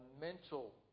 mental